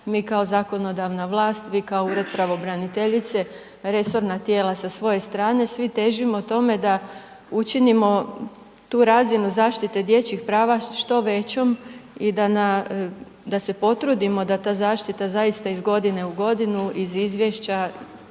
mi kao zakonodavna vlast, vi kao Ured pravobraniteljice, resorna tijela sa svoje strane, svi težimo tome da učinimo tu razinu zaštite dječjih prava što većom i da se potrudimo da ta zaštita zaista iz godine u godinu iz izvješća